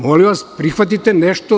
Molim vas, prihvatite nešto.